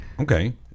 Okay